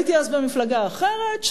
הייתי אז במפלגה אחרת,